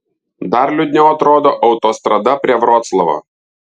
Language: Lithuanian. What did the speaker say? dar liūdniau atrodo autostrada prie vroclavo